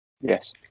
Yes